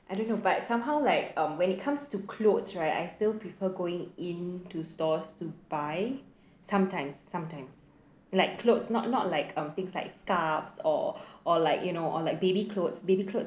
I don't know but somehow like um when it comes to clothes right I still prefer going in to stores to buy sometimes sometimes like clothes not not like um things like scarves or or like you know or like baby clothes baby clothes